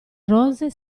rose